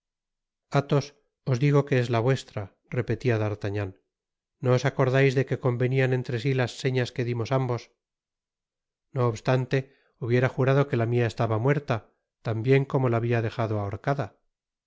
os digo que es la vuestra repetia d'artagnan no os acordais de que convenian entre si las señas que dimos ambos no obstante hubiera jurado que la mia estaba muerta tan bien como la habia dejado ahorcada